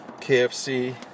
KFC